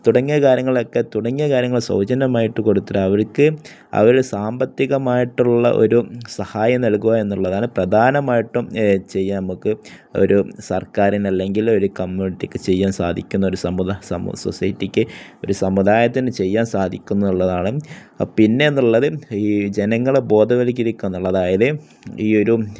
തുടങ്ങിയ കാര്യങ്ങളൊക്കെ തുടങ്ങിയ കാര്യങ്ങൾ സൗജന്യമായിട്ട് കൊടുത്തിട്ട് അവർക്ക് അവര്ക്ക് സാമ്പത്തികമായിട്ടുള്ള ഒരു സഹായം നൽകുകയെന്നുള്ളതാണ് പ്രധാനമായിട്ടും ചെയ്യാൻ നമുക്ക് ഒരു സർക്കാരിന് അല്ലെങ്കിൽ ഒരു കമ്മ്യൂണിറ്റിക്ക് ചെയ്യാൻ സാധിക്കുന്ന ഒരു സൊസൈറ്റിക്ക് ഒരു സമുദായത്തിന് ചെയ്യാൻ സാധിക്കുന്നതെന്നുള്ളതാണ് പിന്നെയെന്നുള്ളത് ഈ ജനങ്ങളെ ബോധവല്കരിക്കുകയെന്നുള്ളതാണ് അതായത് ഈയൊരു